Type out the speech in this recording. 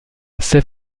ses